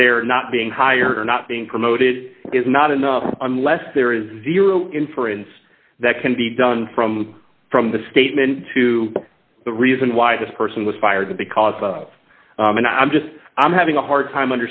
they're not being hired or not being promoted is not enough unless there is zero inference that can be done from from the statement to the reason why this person was fired because of and i'm just i'm having a hard time